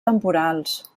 temporals